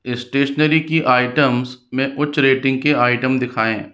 stationery के items में उच्च रेटिंग के आइटम दिखाएँ